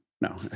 No